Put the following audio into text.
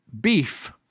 beef